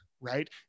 right